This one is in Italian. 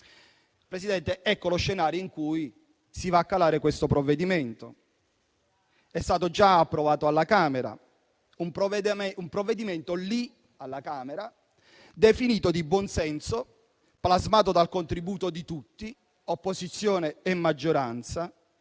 Presidente, ecco lo scenario in cui si va a calare questo provvedimento, che è stato già approvato alla Camera; un provvedimento, alla Camera, definito di buon senso, plasmato dal contributo di tutti, opposizione e maggioranza,